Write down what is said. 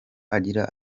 agira